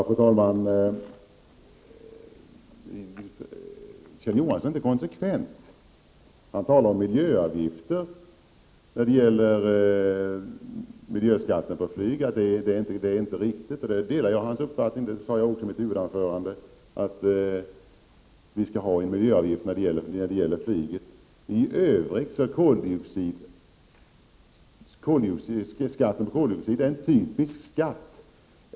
Fru talman! Kjell Johansson är inte konsekvent. Han talar om miljöavgiften — när det gäller miljöskatten — på flyg och säger att det inte är riktigt. I det avseendet delar jag hans uppfattning. Jag sade redan i mitt inledningsanförande att miljöskatten skall omarbetas till en miljöavgift på flyget. Avgiften på koldioxid är också en typisk skatt.